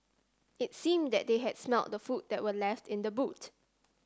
it seemed that they had smelt the food that were left in the boot